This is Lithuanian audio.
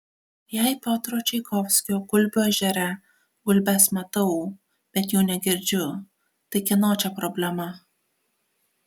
jei piotro čaikovskio gulbių ežere gulbes matau bet jų negirdžiu tai kieno čia problema